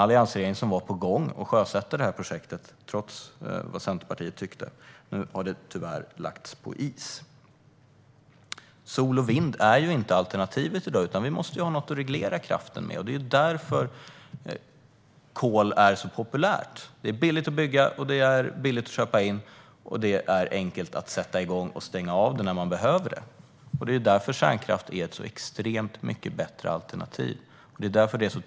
Alliansregeringen var på gång att sjösätta projektet, trots Centerpartiets åsikter. Nu har det tyvärr lagts på is. Sol och vind är ju inte alternativet i dag. Man måste ha något att reglera kraften med. Det är därför som kol är så populärt. Det är billigt att bygga kolkraftverk, det är billigt att köpa in och det är enkelt att sätta igång och stänga av produktionen när det behövs. Det är därför som kärnkraft är ett så mycket bättre alternativ.